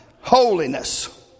Holiness